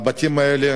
הבתים האלה